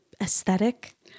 aesthetic